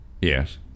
Yes